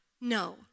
No